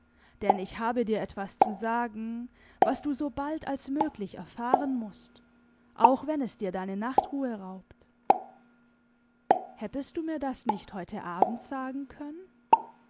denn ich habe dir etwas zu sagen was du so bald als möglich erfahren mußt auch wenn es dir deine nachtruhe raubt hättest du mir das nicht heute abend sagen können